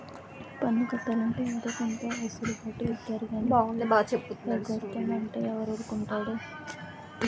పన్ను కట్టాలంటే ఏదో కొంత ఎసులు బాటు ఇత్తారు గానీ పూర్తిగా ఎగ్గొడతాం అంటే ఎవడూరుకుంటాడు